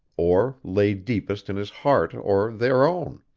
or lay deepest in his heart or their own.